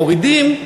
מורידים.